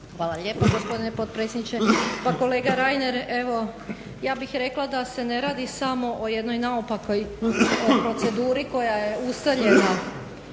Hvala lijepo gospodine potpredsjedniče. Pa kolega Reiner evo, ja bih rekla da se ne radi smo o jednoj naopakoj proceduri koja je ustaljena